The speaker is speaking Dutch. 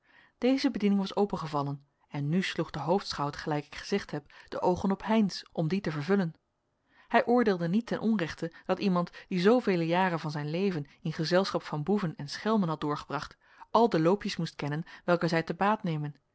deze bediening was opengevallen en nu sloeg de hoofdschout gelijk ik gezegd heb de oogen op heynsz om die te vervullen hij oordeelde niet ten onrechte dat iemand die zoovele jaren van zijn leven in gezelschap van boeven en schelmen had doorgebracht al de loopjes moest kennen welke zij te baat nemen